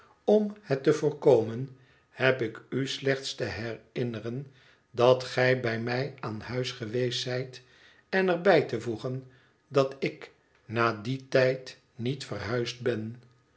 om het te voorkomen heb ik u slechts te herinneren dat gij bij mij aan huis geweest zijt en er bij te voegen dat ik na dien tijd niet verhuisd ben